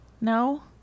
No